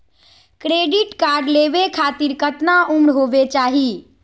Credit card लेवे खातीर कतना उम्र होवे चाही?